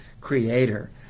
creator